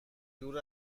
دور